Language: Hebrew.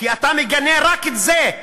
כי אתה מגנה רק את זה.